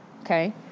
Okay